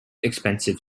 expensive